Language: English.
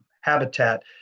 habitat